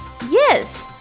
Yes